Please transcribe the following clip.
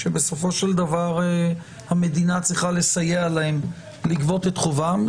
שבסופו של דבר המדינה צריכה לסייע להם לגבות את חובם,